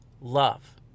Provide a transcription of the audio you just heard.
love